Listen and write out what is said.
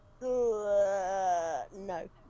No